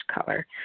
color